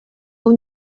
اون